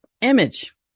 Image